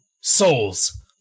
souls